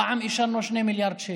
פעם אישרנו 2 מיליארד שקל.